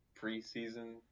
preseason